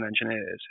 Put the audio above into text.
engineers